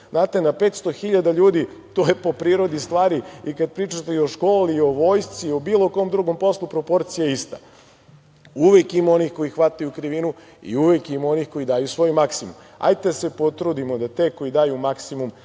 Znate, na 500 hiljada ljudi to je, po prirodi stvari, i kad pričate o školi, o vojsci i o bilo kom drugom poslu, proporcija ista. Uvek ima onih koji hvataju krivinu i uvek ima onih koji daju svoj maksimum. Hajde da se potrudimo da te koji daju maksimum